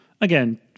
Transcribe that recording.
Again